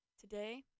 today